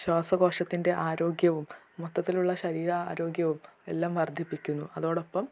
ശ്വാസകോശത്തിൻ്റെ ആരോഗ്യവും മൊത്തത്തിലുള്ള ശരീരാരോഗ്യവും എല്ലാം വർദ്ധിപ്പിക്കുന്നു അതോടൊപ്പം